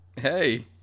Hey